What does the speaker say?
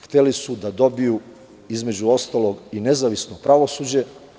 Hteli su da dobiju između ostalog i nezavisno pravosuđe.